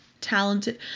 talented